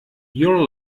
your